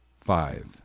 five